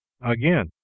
Again